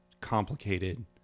complicated